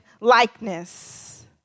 likeness